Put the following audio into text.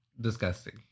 disgusting